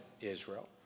Israel